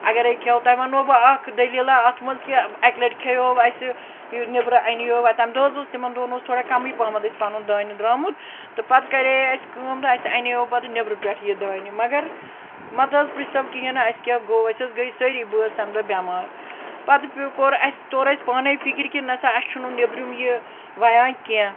اَگَرٔے کیٚنٛہہ تۄہہِ وَنہو بہٕ اَکھ دٔلیٖلہ اَتھ منٛز کہِ اَکہِ لَٹہِ کھیٚیو اسہِ یہِ نیبرٕ اَنیٛو تَمہِ دۄہ حظ ٲس تِمَن دۄہَن اوس تھوڑا کَمٕے پَہمَتھ اسہِ پَنُن دانہِ درٛامُت تہٕ پَتہٕ کَرے اسہِ کٲم تہٕ اسہِ اَنیٛو پَتہٕ نیٚبرٕ پٮ۪ٹھ یہِ دانہِ مگر مَہ تہٕ حظ پِرٛژھۍ تو کِہیٖنۍ نہٕ اسہِ کیٛاہ گوٚو أسۍ حظ گٔے سٲری بٲژ تَمہِ دۄہ بیٚمار پَتہٕ پیٛو کوٚر اسہِ توٚر اسہِ پانٔے فِکرِ کہِ نَہ سا اسہِ چھُنہٕ نیٚبرِم یہِ وَیان کیٚنٛہہ